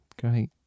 Great